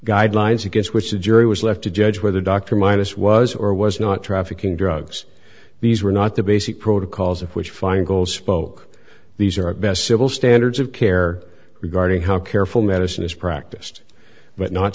guidelines against which the jury was left to judge whether dr minus was or was not trafficking drugs these were not the basic protocols of which feingold spoke these are our best civil standards of care regarding how careful medicine is practiced but not